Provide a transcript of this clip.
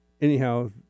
Anyhow